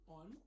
on